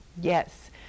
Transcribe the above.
Yes